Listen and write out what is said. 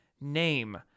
name